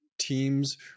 Teams